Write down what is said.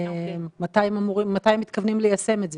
מתי הם מתכוונים ליישם את זה,